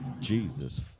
Jesus